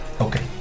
Okay